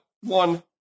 one